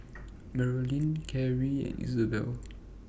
Marylyn Carey and Isabelle